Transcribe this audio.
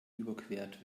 überquert